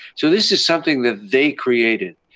so this is something that they created.